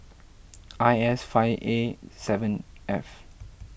I S five A seven F